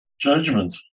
judgment